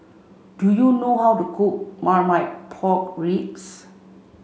do you know how to cook Marmite Pork Ribs